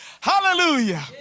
hallelujah